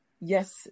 yes